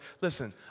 Listen